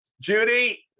Judy